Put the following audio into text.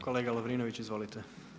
Kolega Lovrinović, izvolite.